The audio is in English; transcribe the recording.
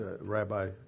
Rabbi